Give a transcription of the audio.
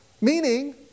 Meaning